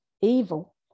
evil